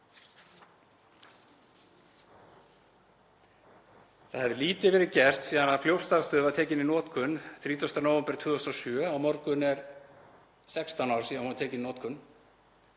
Það hefur lítið verið gert síðan að Fljótsdalsstöð var tekin í notkun 30. nóvember 2007. Á morgun eru 16 ár síðan að hún var tekin í notkun.